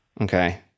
okay